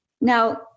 Now